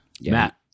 Matt